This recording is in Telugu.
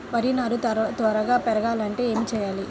వరి నారు త్వరగా పెరగాలంటే ఏమి చెయ్యాలి?